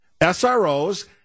SROs